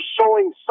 showing